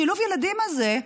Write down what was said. שילוב הילדים הזה,